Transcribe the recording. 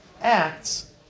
acts